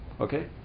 Okay